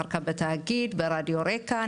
אחר כך בתאגיד, ברדיו רקע.